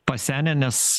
pasenę nes